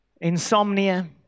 insomnia